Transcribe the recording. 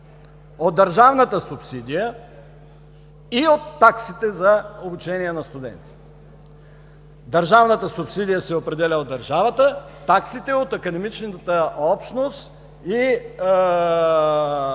от държавната субсидия и от таксите за обучение на студенти. Държавната субсидия се определя от държавата, таксите от академичната общност и